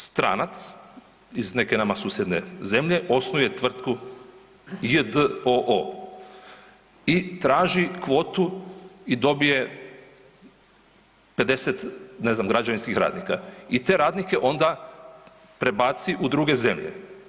Stranac iz neke nama susjedne zemlje osnuje tvrtku j.d.o.o. i traži kvotu i dobije 50, ne znam, građevinskih radnika i te radnike onda prebaci u druge zemlje.